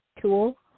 tool